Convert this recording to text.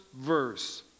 verse